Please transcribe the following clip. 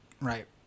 Right